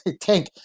Tank